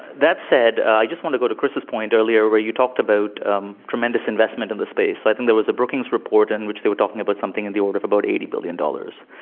that said, i just want to go to chris's point earlier, where you talked about um tremendous investment in the space. i think there was a brookings report in which they were talking about something on the order of about eighty billion dollars.